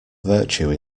virtue